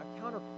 counter